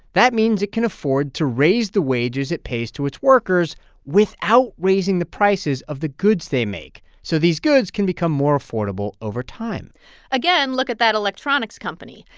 that means it can afford to raise the wages it pays to its workers without raising the prices of the goods they make. so these goods can become more affordable over time again, look at that electronics company.